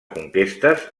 conquestes